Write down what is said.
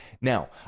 Now